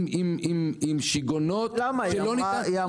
עם שגעונות שלא ניתן,